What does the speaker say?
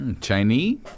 Chinese